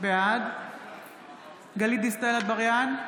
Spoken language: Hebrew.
בעד גלית דיסטל אטבריאן,